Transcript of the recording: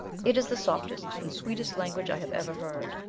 it is the softest and sweetest language i have ever heard.